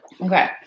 Okay